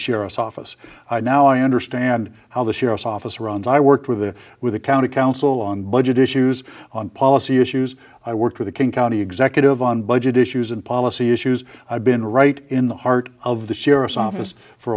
sheriff's office i now understand how the sheriff's office runs i worked with the with the county council on budget issues on policy issues i worked with a king county executive on budget issues and policy issues i've been right in the heart of the sheriff's office for